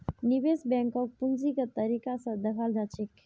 निवेश बैंकक पूंजीगत तरीका स दखाल जा छेक